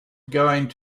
going